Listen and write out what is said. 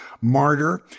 Martyr